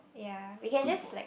ya we can just like